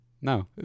No